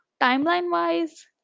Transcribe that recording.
Timeline-wise